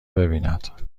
ببیند